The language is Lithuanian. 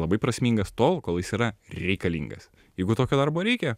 labai prasmingas tol kol jis yra reikalingas jeigu tokio darbo reikia